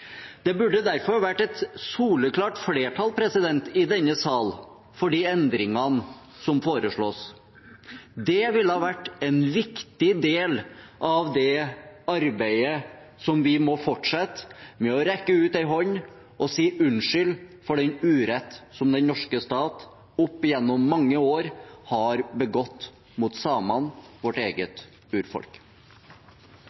Det burde derfor vært et soleklart flertall i denne sal for de endringene som foreslås. Det ville vært en viktig del av det arbeidet som vi må fortsette med – å rekke ut en hånd og si unnskyld for den urett som den norske stat opp gjennom mange år har begått mot samene, vårt